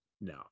no